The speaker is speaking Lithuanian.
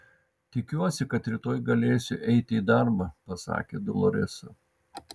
tikiuosi kad rytoj galėsiu eiti į darbą pasakė doloresa